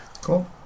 cool